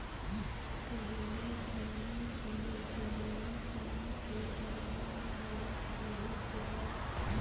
पहिली गिने चुने जिनिस मन के बीमा होवत रिहिस हवय